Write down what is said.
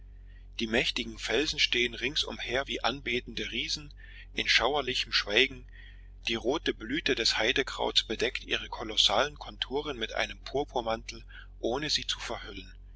die mächtigen felsen stehen ringsumher wie anbetende riesen in schauerlichem schweigen die rote blüte des heidekrauts bedeckt ihre kolossalen konturen mit einem purpurmantel ohne sie zu verhüllen